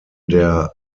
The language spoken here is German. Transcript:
der